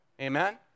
Amen